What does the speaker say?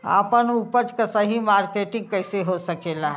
आपन उपज क सही मार्केटिंग कइसे हो सकेला?